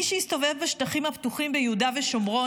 מי שיסתובב בשטחים הפתוחים ביהודה ושומרון